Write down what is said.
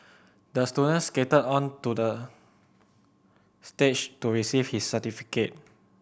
the student skated onto the stage to receive his certificate